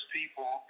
people